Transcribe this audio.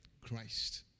Christ